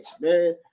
man